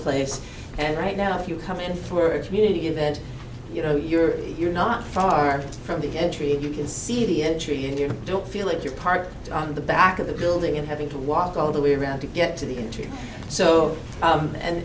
place and right now if you come in for a community event you know you're you're not far from the entry and you can see the entry if you don't feel like you're parked on the back of the building and having to walk all the way around to get to the entry so and and